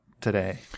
today